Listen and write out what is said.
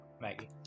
Maggie